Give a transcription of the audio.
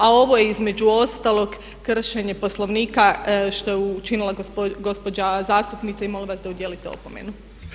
A ovo je između ostalog kršenje Poslovnika što je učinila gospođa zastupnica i molim vas da joj udijelite opomenu.